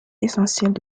essentielle